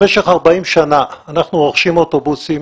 במשך 40 שנים אנחנו רוכשים אוטובוסים